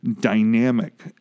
dynamic